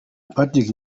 patrick